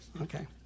Okay